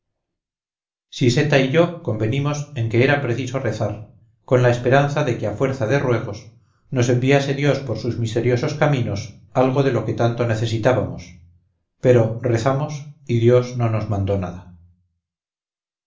siseta y yo convenimos en que era preciso rezar con la esperanza de que a fuerza de ruegos nos enviase dios por sus misteriosos caminos algo de lo que tanto necesitábamos pero rezamos y dios no nos mandó nada